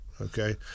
okay